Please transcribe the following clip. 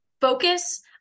focus